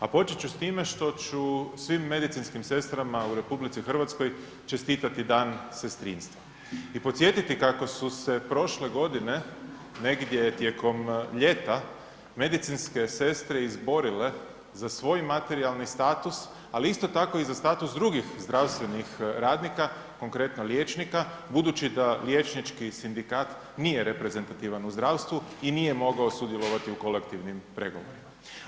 A počet ću s time što su svim medicinskim sestrama u RH čestitati Dan sestrinstva i podsjetiti kako su se prošle godine negdje tijekom ljeta medicinske sestre izborile za svoj materijalni status, ali isto tako i za status drugih zdravstvenih radnika, konkretno liječnika budući da liječnika budući da liječnički sindikat nije reprezentativan u zdravstvu i nije mogao sudjelovati u kolektivnim pregovorima.